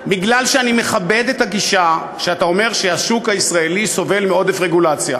בגלל שאני מכבד את הגישה שאתה אומר שהשוק הישראלי סובל מעודף רגולציה,